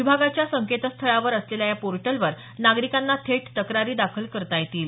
विभागाच्या संकेतस्थळावर असलेल्या या पोर्टलवर नागरिकांना थेट तक्रारी दाखल करता येतील